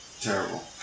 Terrible